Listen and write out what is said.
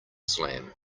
slam